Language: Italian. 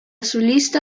solista